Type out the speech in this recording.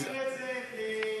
להעביר את זה לכספים.